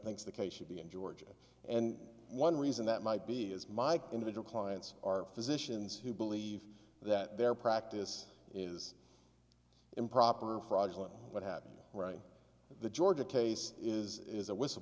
thinks the case should be in georgia and one reason that might be is mike individual clients are physicians who believe that their practice is improper or fraudulent but happening right now the georgia case is is a whistle